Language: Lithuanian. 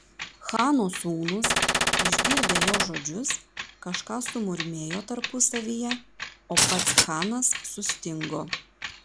chano sūnūs išgirdę jo žodžius kažką sumurmėjo tarpusavyje o pats chanas sustingo